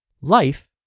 life